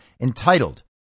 entitled